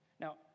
Now